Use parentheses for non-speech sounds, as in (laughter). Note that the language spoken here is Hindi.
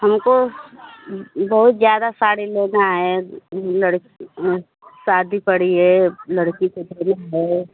हमको बहुत ज़्यादा साड़ी लेना है लड़की शादी पड़ी है लड़की के (unintelligible) है